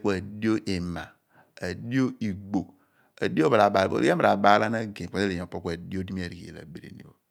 ku adio ima r'igbogh ku ologhi ami ra baal ghan ageny idipho edighibo opo ku adio di mi aru sien abirini pho.